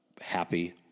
happy